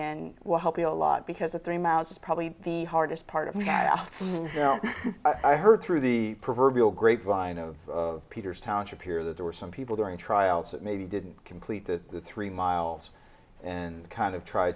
lot because the three miles is probably the hardest part of me when i heard through the proverbial grapevine of peter's township here that there were some people during trials that maybe didn't complete the three miles and kind of tr